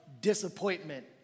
disappointment